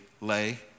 lay